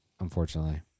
unfortunately